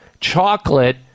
chocolate